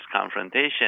confrontation